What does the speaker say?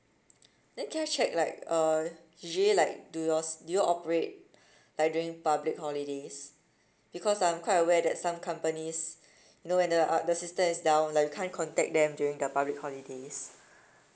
then can I check like uh usually like do yours do you operate like during public holidays because I'm quite aware that some companies you know when the uh the system is down like we can't contact them during the public holidays